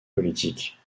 politique